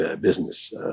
business